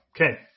Okay